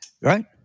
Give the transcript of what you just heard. Right